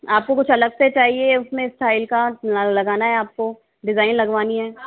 आपको कुछ अलग से चाहिए उसमे स्टाइल का लगाना है आपको डिजाइन लगवानी है